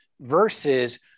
Versus